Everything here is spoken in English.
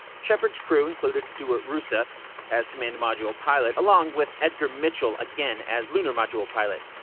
shepard's crew included stuart roosa as command module pilot along with edgar mitchell again as lunar module pilot.